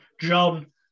John